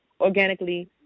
organically